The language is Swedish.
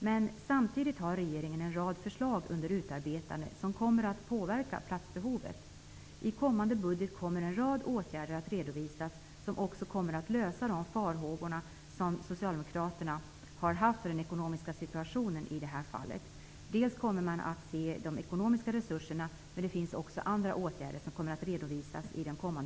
Men samtidigt har regeringen en rad förslag under utarbetande som kommer att påverka platsbehovet. I kommande budget kommer en rad åtgärder att redovisas, som också kommer att skingra de farhågor som Socialdemokraterna i det här fallet har haft för den ekonomiska situationen. I den kommande budgeten kommer man att redovisa dels de ekonomiska resurserna, dels också andra åtgärder.